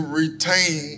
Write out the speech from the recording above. retain